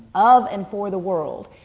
of and for the world.